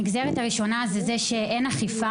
נגזרת אחת היא שאין אכיפה.